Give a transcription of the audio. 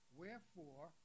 Wherefore